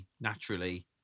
naturally